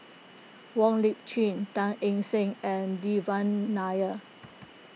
Wong Lip Chin Teo Eng Seng and Devan Nair